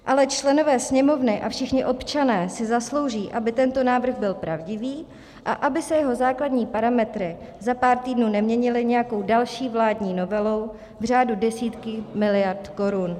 Ale členové Sněmovny a všichni občané si zaslouží, aby tento návrh byl pravdivý a aby se jeho základní parametry za pár týdnů neměnily nějakou další vládní novelou v řádu desítek miliard korun.